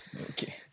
Okay